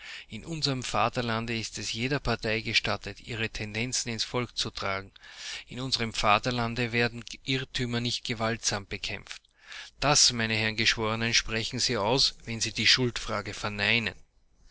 in unserem vaterlande ist es jeder partei gestattet ihre tendenzen ins volk zu tragen in unserem vaterlande werden irrtümer nicht gewaltsam bekämpft das meine herren geschworenen sprechen sie aus wenn sie die schuldfragen verneinen